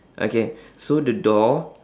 okay so the door